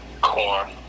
Corn